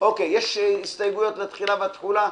הסתייגויות לתחילה ותחולה?